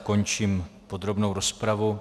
Končím podrobnou rozpravu.